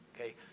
okay